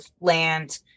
land